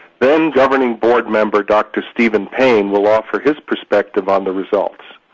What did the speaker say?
then governing board member, dr. steven paine, will offer his perspective on the results.